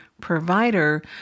provider